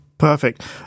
perfect